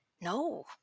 no